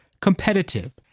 competitive